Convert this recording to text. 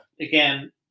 Again